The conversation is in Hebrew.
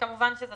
כמובן שזאת